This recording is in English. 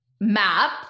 map